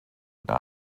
not